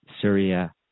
Syria